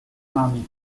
nami